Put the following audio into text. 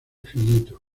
finito